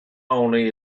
only